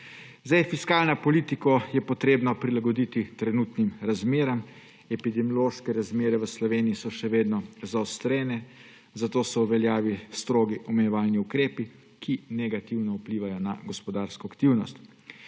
Fiskalno politiko je potrebno prilagoditi trenutnim razmeram. Epidemiološke razmere v Sloveniji so še vedno zaostrene, zato so v veljavi strogi omejevalni ukrepi, ki negativno vplivajo na gospodarsko aktivnost.